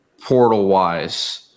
portal-wise